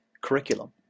curriculum